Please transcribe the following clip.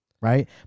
right